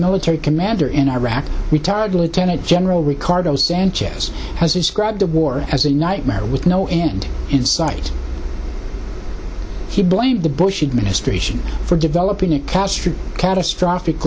military commander in iraq retired lieutenant general ricardo sanchez has described the war as a nightmare with no end in sight he blames the bush administration for developing a catastrophe catastrophic